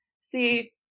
See